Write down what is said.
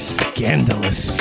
scandalous